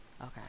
Okay